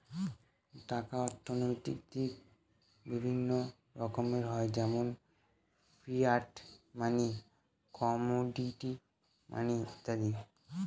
টাকার অর্থনৈতিক দিক বিভিন্ন রকমের হয় যেমন ফিয়াট মানি, কমোডিটি মানি ইত্যাদি